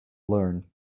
learn